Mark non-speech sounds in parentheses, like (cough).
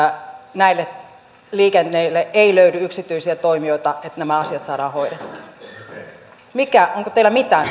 näille liikenteille ei löydy yksityisiä toimijoita että nämä asiat saadaan hoidettua onko teillä mitään (unintelligible)